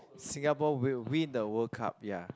Singapore will win the World Cup ya